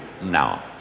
now